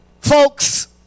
Folks